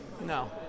No